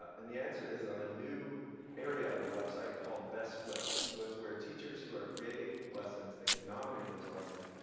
and the answer is on a new area of the website called best flips, so it's where teachers who are creating lessons can nominate those lessons,